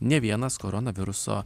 nė vienas koronaviruso